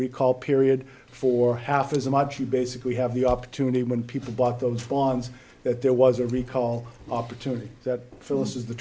recall period for half as much you basically have the opportunity when people bought those bonds that there was a recall opportunity that phyllis's the